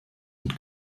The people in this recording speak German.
und